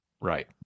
right